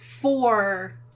four